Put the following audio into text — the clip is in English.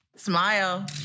smile